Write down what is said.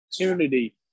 opportunity